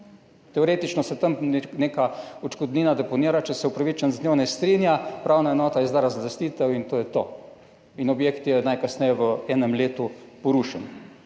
Teoretično se tam neka odškodnina deponira, če se upravičenec z njo ne strinja, upravna enota izda razlastitev in to je to. In objekt je najkasneje v enem letu porušen.